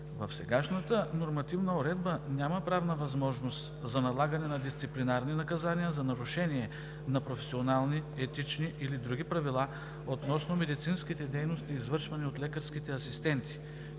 В сегашната нормативна уредба няма правна възможност за налагане на дисциплинарни наказания за нарушение на професионални, етични или други правила относно медицинските дейности, извършвани от лекарските асистенти,